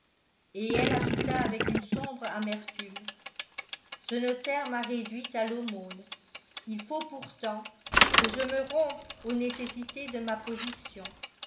et elle ajouta avec une sombre amertume ce notaire m'a réduite à l'aumône il faut pourtant que je me rompe aux nécessités de ma position